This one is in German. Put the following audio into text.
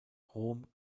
rom